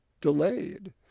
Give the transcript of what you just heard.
delayed